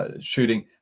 shooting